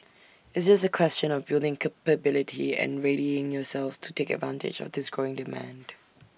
it's just A question of building capability and readying yourselves to take advantage of this growing demand